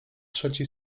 trzeci